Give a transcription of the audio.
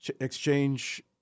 exchange